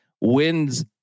wins